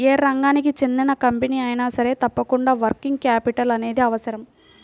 యే రంగానికి చెందిన కంపెనీ అయినా సరే తప్పకుండా వర్కింగ్ క్యాపిటల్ అనేది అవసరం